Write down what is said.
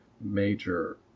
major